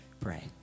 pray